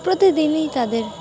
প্রতিদিনই তাদের